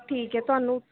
ਠੀਕ ਹੈ ਤੁਹਾਨੂੰ